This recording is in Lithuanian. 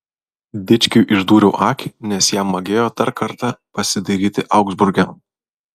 dičkiui išdūriau akį nes jam magėjo dar kartą pasidairyti augsburge